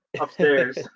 upstairs